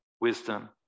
wisdom